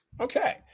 Okay